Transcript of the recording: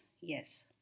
yes